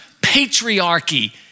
patriarchy